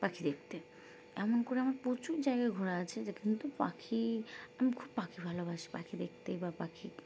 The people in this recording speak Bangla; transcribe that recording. পাখি দেখতে এমন করে আমার প্রচুর জায়গায় ঘোরা আছে যে কিন্তু পাখি আমি খুব পাখি ভালোবাসি পাখি দেখতে বা পাখি